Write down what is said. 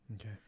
okay